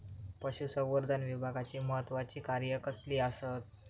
पशुसंवर्धन विभागाची महत्त्वाची कार्या कसली आसत?